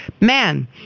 man